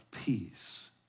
Peace